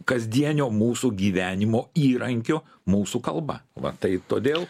kasdienio mūsų gyvenimo įrankiu mūsų kalba va tai todėl